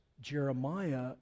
Jeremiah